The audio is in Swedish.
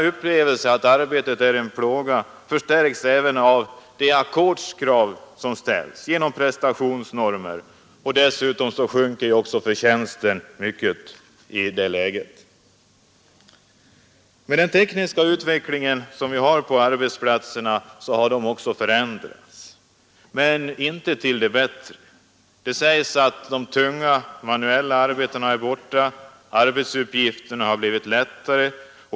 Upplevelsen av att arbetet är en plåga förstärks även av de ackordskrav som ställs och genom prestationsnormer, som dessutom kan medföra att förtjänsten sjunker mycket. Den tekniska utvecklingen har förändrat arbetsplatserna men inte till det bättre. Det sägs att de tunga, manuella arbetena är borta och att arbetsuppgifterna har blivit lättare.